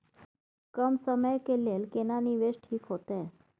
कम समय के लेल केना निवेश ठीक होते?